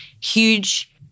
huge